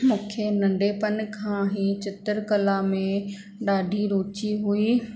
मूंखे नंढपण खां ई चित्रकला में ॾाढी रुचि हुई